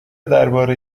درباره